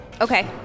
Okay